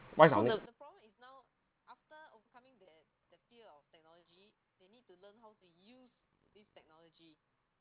what is our